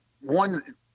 one